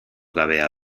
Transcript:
gabea